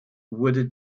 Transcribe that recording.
wurde